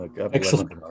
excellent